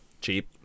Cheap